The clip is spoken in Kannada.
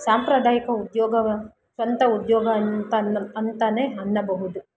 ಸಾಂಪ್ರದಾಯಿಕ ಉದ್ಯೋಗ ಸ್ವಂತ ಉದ್ಯೋಗ ಅಂತ ಅಂತ ಅನ್ನಬಹುದು